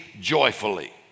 joyfully